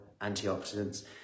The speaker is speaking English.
antioxidants